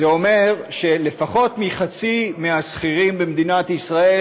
זה אומר שלפחות חצי מהשכירים במדינת ישראל